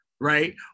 right